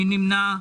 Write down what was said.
מי נמנע?